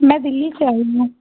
मैं दिल्ली से आई हूँ